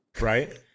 right